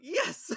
yes